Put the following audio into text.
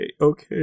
okay